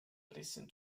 listen